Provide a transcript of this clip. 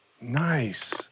Nice